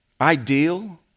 ideal